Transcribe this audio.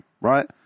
right